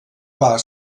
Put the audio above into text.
qual